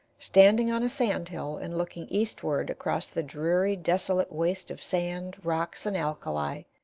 standing on a sand-hill and looking eastward across the dreary, desolate waste of sand, rocks, and alkali,